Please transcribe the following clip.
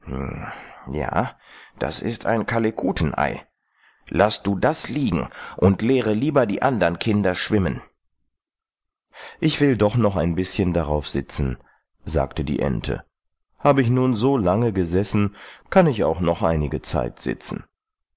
ja das ist ein kalekutenei laß du das liegen und lehre lieber die andern kinder schwimmen ich will doch noch ein bißchen darauf sitzen sagte die ente habe ich nun so lange gesessen kann ich auch noch einige zeit sitzen